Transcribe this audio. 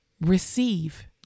receive